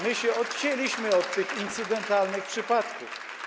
My się odcięliśmy od tych incydentalnych przypadków.